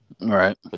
right